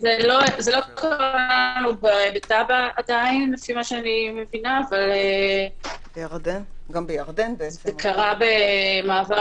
זה לא קרה לנו בטאבה עדיין לפי מה שאני מבינה אבל זה קרה במעבר